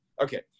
Okay